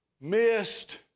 missed